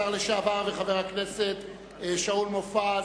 כבוד השר לשעבר, חבר הכנסת מופז,